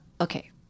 okay